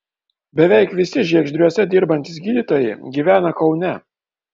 beveik visi žiegždriuose dirbantys gydytojai gyvena kaune